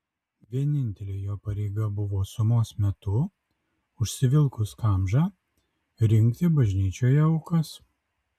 vienintelė jo pareiga buvo sumos metu užsivilkus kamžą rinkti bažnyčioje aukas